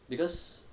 because